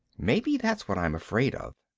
maybe that's what i'm afraid of.